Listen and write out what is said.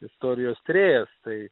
istorijos tyrėjas tai